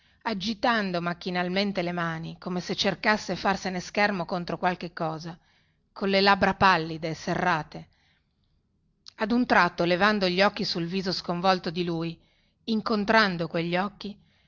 agitando macchinalmente le mani come se cercasse farsene schermo contro qualche cosa colle labbra pallide e serrate ad un tratto levando gli occhi sul viso sconvolto di lui incontrando quegli occhi